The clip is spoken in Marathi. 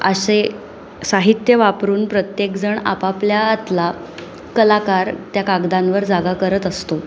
असे साहित्य वापरून प्रत्येकजण आपापल्या आतला कलाकार त्या कागदांवर जागा करत असतो